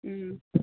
అ